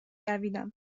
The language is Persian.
دویدم